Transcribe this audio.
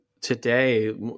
today